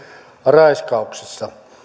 raiskauksissa